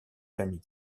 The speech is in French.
famille